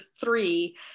three